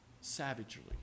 savagely